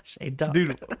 Dude